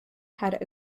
had